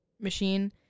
machine